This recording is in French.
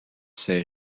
ses